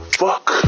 fuck